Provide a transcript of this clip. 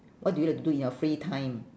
what do you like to do in your free time